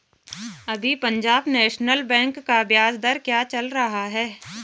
अभी Punjab national bank का ब्याज दर क्या चल रहा है?